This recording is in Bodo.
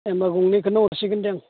होनबा गंनैखौनो हरसिगोन दे आं